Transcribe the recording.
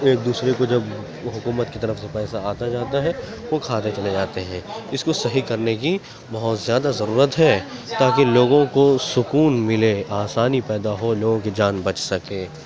ایک دوسرے کو جب وہ حکومت کی طرف سے پیسہ آتا جاتا ہے وہ کھاتے چلے جاتے ہیں اس کو صحیح کرنے کی بہت زیادہ ضرورت ہے تاکہ لوگوں کو سکون ملے آسانی پیدا ہو لوگوں کی جان بچ سکے